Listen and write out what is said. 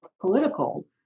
political